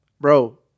bro